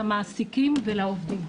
למעסיקים ולעובדים.